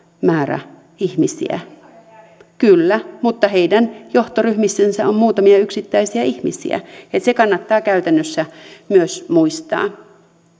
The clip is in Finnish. määrä ihmisiä kyllä mutta heidän johtoryhmissänsä on muutamia yksittäisiä ihmisiä että se kannattaa käytännössä myös muistaa